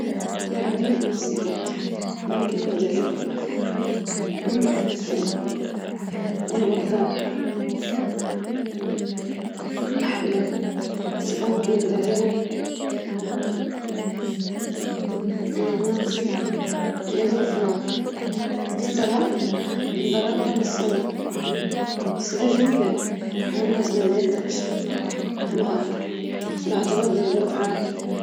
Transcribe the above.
أعجب بالصدق والطيبة والمرونة، الأشخاص الذين يستطيعون أن يكونوا أنفسهم دون تصنع، والذين يعاملون الآخرين بلطف واحترام، يجذبونني.